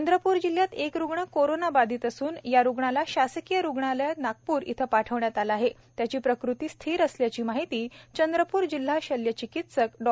चंद्रपुर जिल्ह्यात एक रुग्ण कोरोना बाधित असून या रुग्णाला शासकीय रुग्णालय नागपूर इथं पाठविण्यात आले असून त्याची प्रकृती स्थिर आल्याची माहिती चंद्रप्र जिल्हा शल्य चिकित्सक डॉ